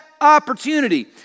opportunity